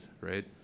right